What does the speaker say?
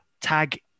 tag